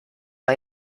hay